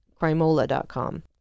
Crimola.com